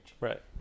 Right